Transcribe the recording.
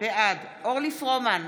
בעד אורלי פרומן,